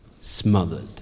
smothered